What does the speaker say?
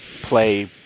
play